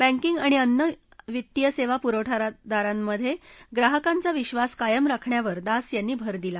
banking आणि अन्य वित्तीय सेवा प्रवठादारामधे ग्राहकांचा विधास कायम राखण्यावर दास यांनी भर दिला